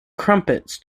crumpets